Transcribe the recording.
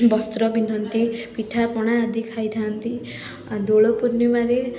ବସ୍ତ୍ର ପିନ୍ଧନ୍ତି ପିଠାପଣା ଆଦି ଖାଇଥାନ୍ତି ଆଉ ଦୋଳପୂର୍ଣ୍ଣିମାରେ